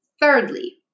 Thirdly